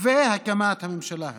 ולהקמת הממשלה היום,